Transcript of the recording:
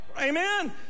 Amen